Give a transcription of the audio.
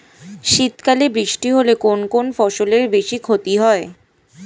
শীত কালে বৃষ্টি হলে কোন কোন ফসলের বেশি ক্ষতি হয়?